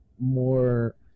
more